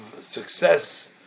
success